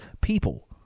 people